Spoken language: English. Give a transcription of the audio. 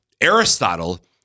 Aristotle